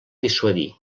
dissuadir